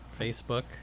facebook